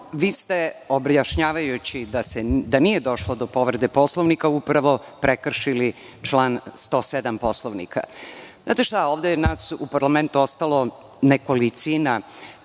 Vi ste objašnjavajući da nije došlo do povrede Poslovnika upravo prekršili član 107. Poslovnika. Znate šta, ovde je nas u parlamentu ostalo nekolicina,